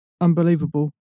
unbelievable